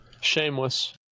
Shameless